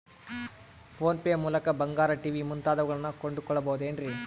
Phone pay ಮೂಲಕ ಬಂಗಾರ, TV ಮುಂತಾದವುಗಳನ್ನ ಕೊಂಡು ಕೊಳ್ಳಬಹುದೇನ್ರಿ?